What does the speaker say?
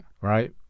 right